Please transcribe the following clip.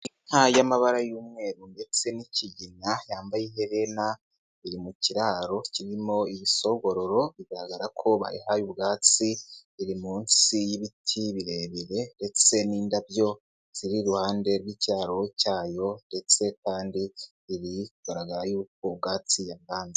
Inka y'amabara y'umweru ndetse n'ikigina yambaye iherena, iri mu kiraro kirimo ibisogororo bigaragara ko bayihaye ubwatsi, iri munsi y'ibiti birebire ndetse n'indabyo ziri iruhande rw'ikiraro cyayo ndetse kandi biri kugaragara yuko ubwatsi yabwanze.